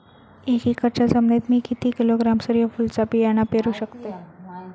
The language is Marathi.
एक एकरच्या जमिनीत मी किती किलोग्रॅम सूर्यफुलचा बियाणा पेरु शकतय?